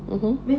mmhmm